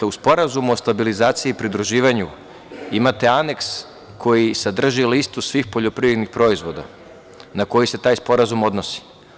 U Sporazumu o stabilizaciji i pridruživanju, imate aneks koji sadrži listu svih poljoprivrednih proizvoda na koji se taj sporazum odnosi.